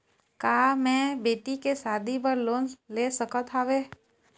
का मैं बेटी के शादी बर लोन ले सकत हावे?